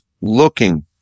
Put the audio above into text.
looking